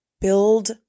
Build